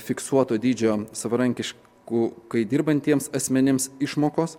fiksuoto dydžio savarankiškų kai dirbantiems asmenims išmokos